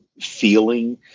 feeling